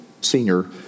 senior